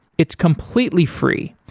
it's completely free,